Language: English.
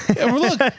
Look